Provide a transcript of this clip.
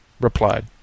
replied